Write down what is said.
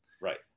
Right